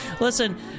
Listen